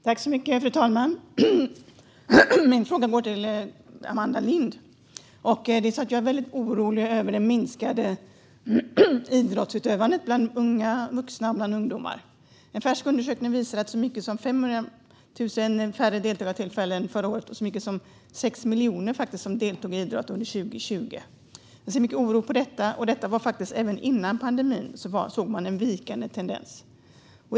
Fru talman! Min fråga går till Amanda Lind. Jag är väldigt orolig över det minskade idrottsutövandet bland unga vuxna och bland ungdomar. En färsk undersökning visar att det var så mycket som 500 000 färre deltagartillfällen förra året och att det var 6 miljoner som deltog i idrott under 2020. Jag ser med stor oro på detta. Man såg faktiskt en vikande tendens även före pandemin.